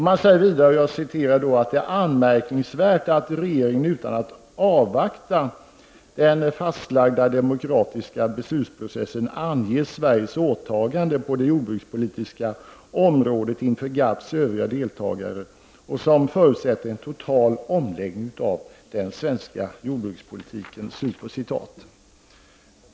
Man säger vidare att det är anmärkningsvärt att regeringen utan att avvakta den fastlagda demokratiska beslutsprocessen inför GATT:s övriga deltagare anger Sveriges åtaganden på det jordbrukspolitiska området, vilka förutsätter en total omläggning av den svenska jordbrukspolitiken.